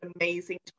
amazing